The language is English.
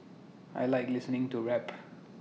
I Like listening to rap